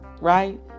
right